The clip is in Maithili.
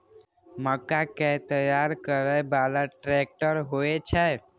मक्का कै तैयार करै बाला ट्रेक्टर होय छै?